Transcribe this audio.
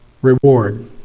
Reward